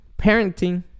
parenting